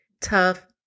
tough